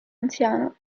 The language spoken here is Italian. anziano